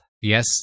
Yes